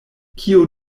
kio